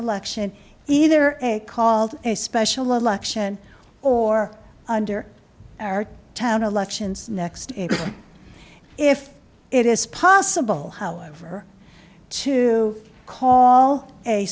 election either a called a special election or under our town elections next if it is possible however to call a